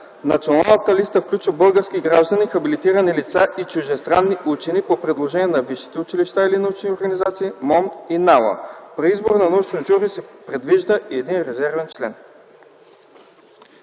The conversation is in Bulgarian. Националната листа включва български граждани – хабилитирани лица, и чуждестранни учени, по предложение на висшите училища или научните организации, МОМН и НАОА. При избор на научно жури се предвижда и един резервен член.”